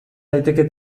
daiteke